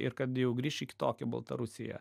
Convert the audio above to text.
ir kad jau grįš į kitokią baltarusiją